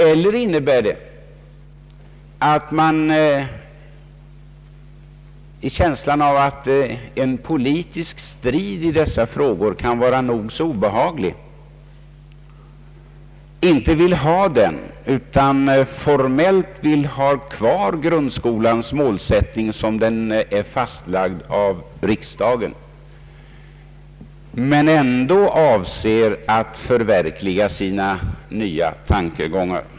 Eller innebär det att man i känslan av att en politisk strid i dessa frågor kan vara nog så obehaglig inte vill ha den striden utan formellt vill ha kvar grundskolans målsättning som den är fastlagd av riksdagen men ändå avser att förverkliga sina nya tankegångar?